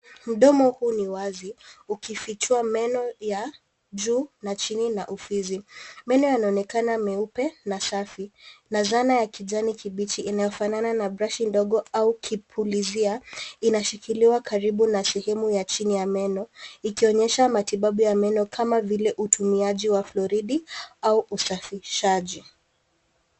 Mdomo huu ni wazi, ukifichua meno ya juu na chini na ufizi. Meno yanaonekana meupe na safi na zana ya kijani kibichi inafanana na brashi ndogo au kipulizia, inashikiliwa karibu na sehemu ya chini ya meno, ikionyesha matibabu ya meno kama vile utumiaji wa floridi au usafishaji.